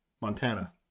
Montana